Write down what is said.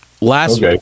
Last